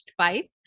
twice